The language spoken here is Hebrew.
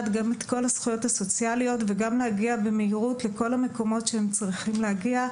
כל הזכויות הסוציאליות והגעה מהירה לכל מקום שהם צריכים להגיע.